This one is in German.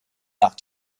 nach